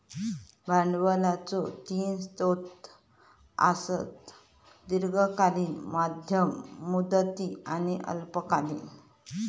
भांडवलाचो तीन स्रोत आसत, दीर्घकालीन, मध्यम मुदती आणि अल्पकालीन